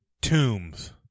Tombs